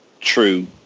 true